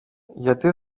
γιατί